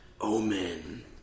Omen